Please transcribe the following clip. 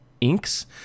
Inks